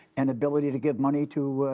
and ability to give money to